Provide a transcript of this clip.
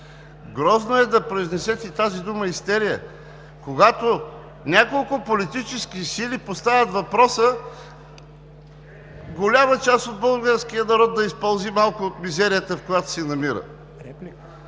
Грозно е да произнесете тази дума – „истерия“, когато няколко политически сили поставят въпроса голяма част от българския народ да изпълзи малко от мизерията, в която се намира.